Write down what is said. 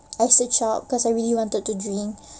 I so shocked cause I really wanted to drink